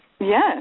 Yes